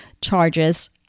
charges